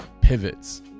pivots